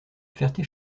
ferté